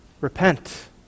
Repent